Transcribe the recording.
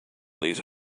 these